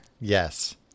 Yes